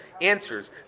answers